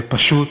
ופשוט